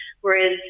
whereas